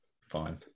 fine